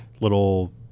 little